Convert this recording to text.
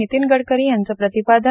नितीन गडकरी यांच प्रतिपादन